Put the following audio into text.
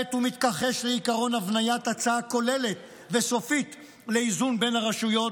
כעת הוא מתכחש לעקרון הבניית הצעה כוללת וסופית לאיזון בין הרשויות,